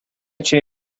čia